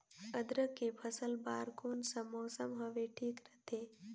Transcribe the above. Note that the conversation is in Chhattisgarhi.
अदरक के फसल बार कोन सा मौसम हवे ठीक रथे?